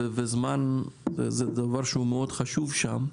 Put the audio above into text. וזמן זה דבר שהוא מאוד חשוב שם.